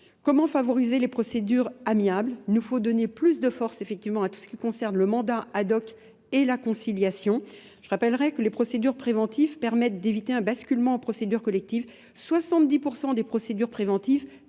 Comment favoriser les procédures amiables ? Il nous faut donner plus de force effectivement à tout ce qui concerne le mandat ad hoc et la conciliation. Je rappellerai que les procédures préventives permettent d'éviter un basculement en procédures collectives. 70% des procédures préventives permettent